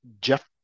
Jeff